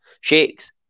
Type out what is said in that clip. shakes